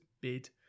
bid